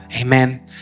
Amen